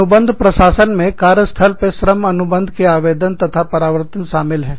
अनुबंध प्रशासन में कार्यस्थल पर श्रम अनुबंध के आवेदन तथा प्रवर्तन शामिल है